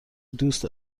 دوست